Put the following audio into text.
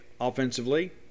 offensively